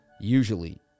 Usually